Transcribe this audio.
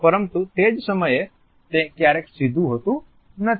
પરંતુ તે જ સમયે તે ક્યારેય સીધું હોતું નથી